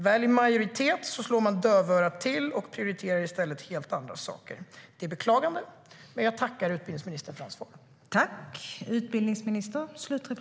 Väl i majoritet slår man dövörat till och prioriterar i stället helt andra saker. Det är beklagligt, men jag tackar utbildningsministern för hans svar.